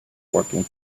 working